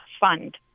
fund